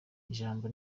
ijambo